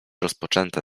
rozpoczęte